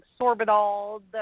sorbitol